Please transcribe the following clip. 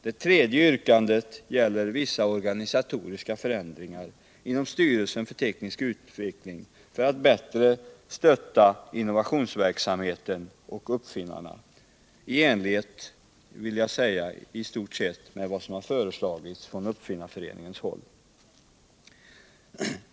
Det tredje yrkandet gäller vissa organisatoriska ändringar inom styrelsen för teknisk utveckling för att bättre stötta innovationsverksamheten och uppfinnarna, i stort sett, vill jag säga, i enlighet med vad som har föreslagits av Svenska uppfinnareföreningen.